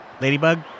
ladybug